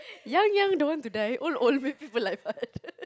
young young don't want to die old old many people like us